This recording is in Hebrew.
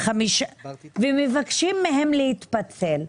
ומבקשים מהם להתפצל.